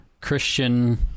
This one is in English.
Christian